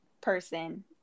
person